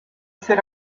ser